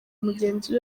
mugenzi